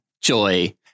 Joy